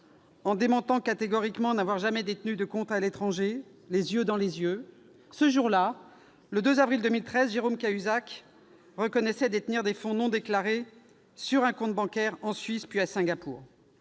en niant catégoriquement avoir jamais détenu de compte bancaire à l'étranger, ce jour-là, le 2 avril 2013, Jérôme Cahuzac reconnaissait détenir des fonds non déclarés sur un compte bancaire, en Suisse, puis à Singapour.